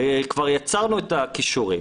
כבר יצרנו את הכישורים.